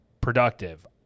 productive